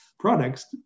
Products